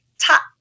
top